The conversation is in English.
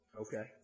Okay